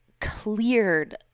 cleared